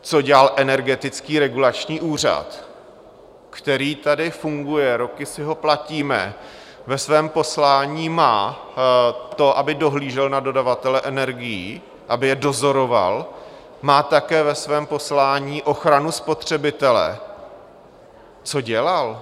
Co dělal Energetický regulační úřad, který tady funguje, roky si ho platíme, ve svém poslání má to, aby dohlížel na dodavatele energií, aby je dozoroval, má také ve svém poslání ochranu spotřebitele, co dělal?